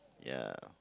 ya